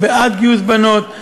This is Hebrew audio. הוא בעד גיוס בנות.